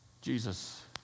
Jesus